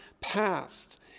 past